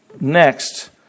next